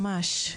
ממש,